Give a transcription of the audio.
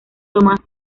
thomas